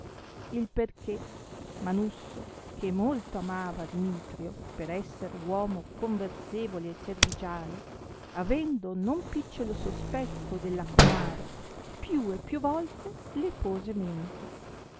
il perchè manusso che molto amava dimitrio per esser uomo conversevole e servigiale avendo non picciolo sospetto della comare più e più volte le pose mente